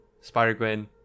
Spider-Gwen